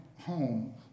home